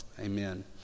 amen